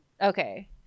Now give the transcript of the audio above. Okay